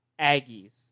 Aggies